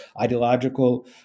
ideological